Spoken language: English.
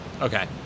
Okay